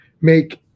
make